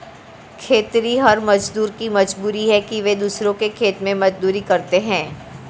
खेतिहर मजदूरों की मजबूरी है कि वे दूसरों के खेत में मजदूरी करते हैं